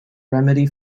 remedy